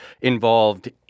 involved